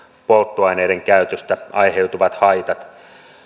polttoaineiden käytöstä aiheutuvat haitat